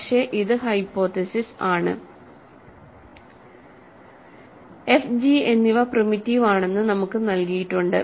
പക്ഷേ ഇത് ഹൈപോതെസിസ് ആണ് F g എന്നിവ പ്രിമിറ്റീവ് ആണെന്ന് നമുക്ക് നൽകിയിട്ടുണ്ട്